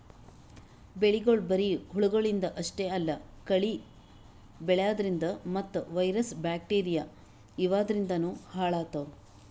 ಬೆಳಿಗೊಳ್ ಬರಿ ಹುಳಗಳಿಂದ್ ಅಷ್ಟೇ ಅಲ್ಲಾ ಕಳಿ ಬೆಳ್ಯಾದ್ರಿನ್ದ ಮತ್ತ್ ವೈರಸ್ ಬ್ಯಾಕ್ಟೀರಿಯಾ ಇವಾದ್ರಿನ್ದನೂ ಹಾಳಾತವ್